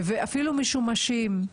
ואפילו משומשים.